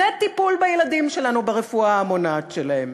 וטיפול בילדים שלנו, ברפואה המונעת שלהם,